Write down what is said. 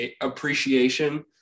appreciation